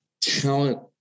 talent